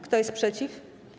Kto jest przeciw?